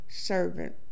servant